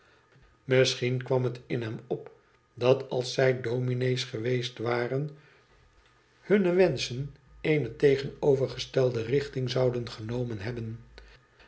hien kwam het in hem op dat als zij dommés geweest waren hunne wenschen eene tegenovergestelde richting zouden genomen hebben